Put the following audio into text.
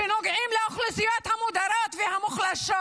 שנוגעות לאוכלוסיות המודרות והמוחלשות.